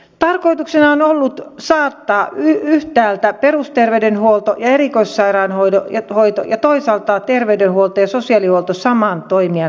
tarkoituksena on ollut saattaa yhtäältä perusterveydenhuolto ja erikoissairaanhoito ja toisaalta terveydenhuolto ja sosiaalihuolto saman toimijan vastuulle